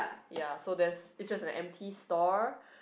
ya so there's its just an empty store